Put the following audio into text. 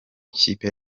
ikipe